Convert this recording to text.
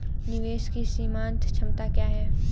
निवेश की सीमांत क्षमता क्या है?